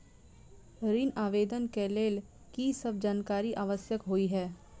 ऋण आवेदन केँ लेल की सब जानकारी आवश्यक होइ है?